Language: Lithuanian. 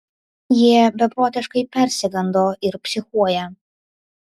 jie beprotiškai persigando ir psichuoja